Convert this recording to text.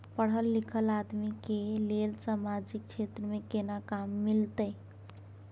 पढल लीखल आदमी के लेल सामाजिक क्षेत्र में केना काम मिलते?